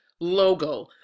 logo